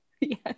Yes